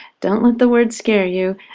don't let the word scare you.